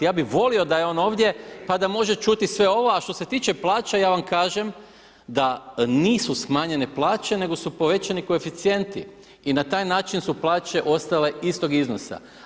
Ja bih volio da je on ovdje, pa da može čuti sve ovo, a što se tiče plaća, ja vam kažem da nisu smanjene plaće, nego su povećani koeficijenti i na taj način su plaće ostale istoga iznosa.